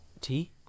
tea